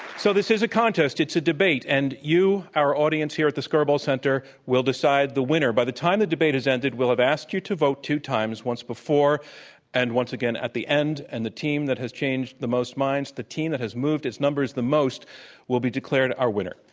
so this is a contest. it's a debate. and you, our audience here at the skirball center, will decide the winner. by the time the debate has ended, we'll have asked you to vote two times, once before and once again at the end. and the team that has changed the most minds, the team that has moved its numbers the most will be declared our winner.